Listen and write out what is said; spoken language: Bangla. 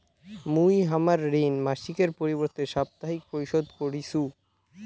মুই হামার ঋণ মাসিকের পরিবর্তে সাপ্তাহিক পরিশোধ করিসু